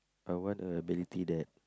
I want ability that